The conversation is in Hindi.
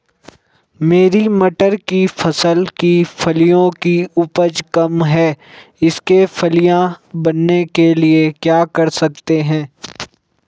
मेरी मटर की फसल की फलियों की उपज कम है इसके फलियां बनने के लिए क्या कर सकते हैं?